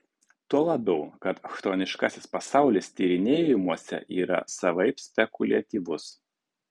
tuo labiau kad chtoniškasis pasaulis tyrinėjimuose yra savaip spekuliatyvus